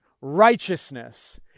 righteousness